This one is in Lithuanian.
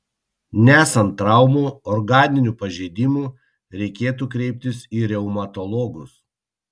nesant traumų organinių pažeidimų reikėtų kreiptis į reumatologus